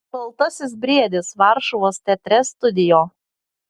baltasis briedis varšuvos teatre studio